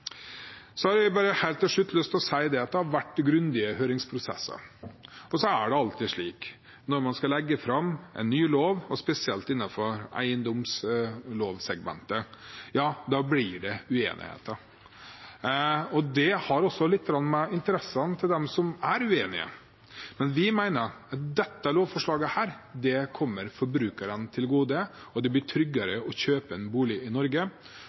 Jeg har helt til slutt lyst til å si at det har vært grundige høringsprosesser. Og så er det alltid slik når man skal legge fram en ny lov, og spesielt innenfor eiendomslovsegmentet, at det blir uenigheter. Det har også litt å gjøre med interessene til dem som er uenige. Men vi mener at dette lovforslaget kommer forbrukerne til gode, og at det blir tryggere å kjøpe en bolig i Norge.